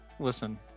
Listen